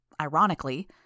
ironically